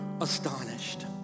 astonished